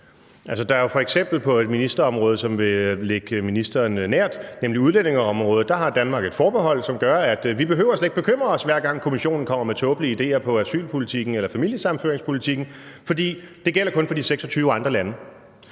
beføjelsen. F.eks. på et ministerområde, som vil stå ministeren nær, nemlig udlændingeområdet, har Danmark et forbehold, som gør, at vi slet ikke behøver at bekymre os, hver gang Kommissionen kommer med tåbelige idéer i forhold til asylpolitikken eller familiesammenføringspolitikken, for det gælder kun for de 26 andre lande.